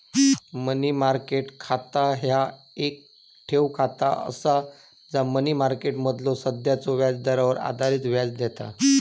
मनी market खाता ह्या येक ठेव खाता असा जा मनी मार्केटमधलो सध्याच्यो व्याजदरावर आधारित व्याज देता